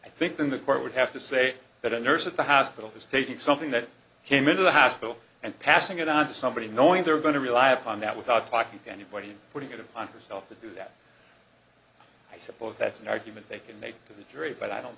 i think then the court would have to say that a nurse at the hospital is taking something that came into the hospital and passing it on to somebody knowing they're going to rely upon that without talking to anybody putting it upon herself to do that i suppose that's an argument they can make to the jury but i don't